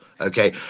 Okay